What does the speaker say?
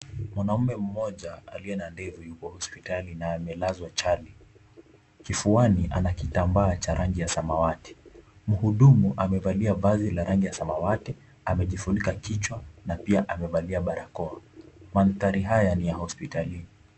Mwanaume mmoja aliye na ndevu yuko hospitali na amelazwa chali. Kifuani ana kitambaa cha rangi ya samawati. Mhudumu amevalia vazi la rangi ya samawati. Amejifunika kichwa na pia amevalia barakoa. Mandhari haya ni ya hospitalini.